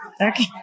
okay